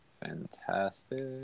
Fantastic